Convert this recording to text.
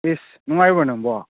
ꯏꯁ ꯅꯨꯡꯉꯥꯏꯔꯤꯕꯣ ꯅꯪꯕꯣ